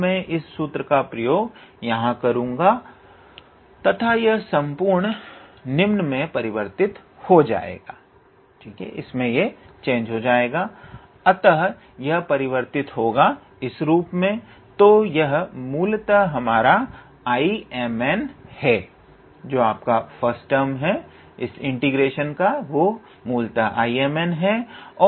तो मैं इस सूत्र का प्रयोग यहां करूंगा तथा यह संपूर्ण निम्न में परिवर्तित हो जाएंगा अतः यह परिवर्तित होगा तो यह मूलतः हमारा 𝐼𝑚𝑛 तथा यह एक मूलतः 𝐼𝑚−1n−1 है